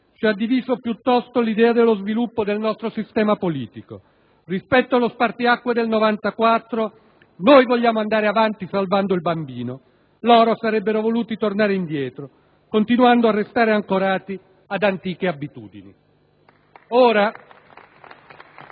Ci ha diviso, piuttosto, l'idea dello sviluppo del nostro sistema politico: rispetto allo spartiacque del 1994, noi vogliamo andare avanti salvando il bambino. Loro sarebbero voluti tornare indietro, continuando a restare ancorati ad antiche abitudini.